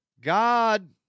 God